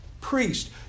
priest